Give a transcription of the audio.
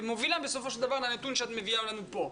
ומובילה בסופו של דבר לנתון שאת מביאה לנו פה.